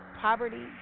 Poverty